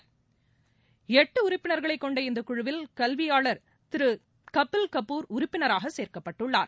ப்பு எட்டுஉறுப்பினர்களைக் கொண்ட இந்தக் குழுவில் கல்வியாளர் திருகபில் கபூர் உறுப்பினராகசேர்க்கப்பட்டுள்ளார்